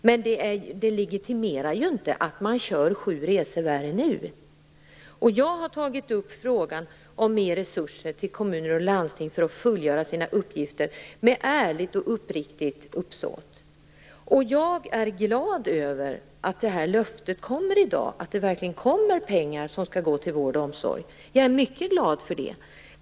Men det legitimerar inte att nu göra något som är sju resor värre. Jag har tagit upp frågan om att mer resurser skall gå till kommuner och landsting för att man där skall kunna fullgöra sina uppgifter med ärligt och uppriktigt uppsåt. Jag är glad över att vi i dag får ett löfte om att pengar skall gå till vård och omsorg. Jag är mycket glad för det.